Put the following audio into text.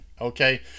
okay